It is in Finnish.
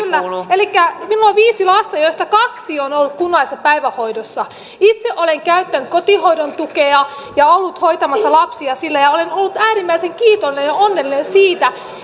elikkä minulla on viisi lasta joista kaksi on ollut kunnallisessa päivähoidossa itse olen käyttänyt kotihoidon tukea ja ollut hoitamassa lapsia sillä ja olen ollut äärimmäisen kiitollinen ja onnellinen siitä